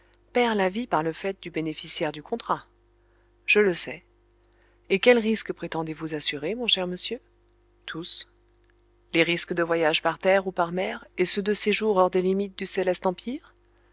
perd la vie par le fait du bénéficiaire du contrat je le sais et quels risques prétendez-vous assurer mon cher monsieur tous les risques de voyage par terre ou par mer et ceux de séjour hors des limites du céleste empire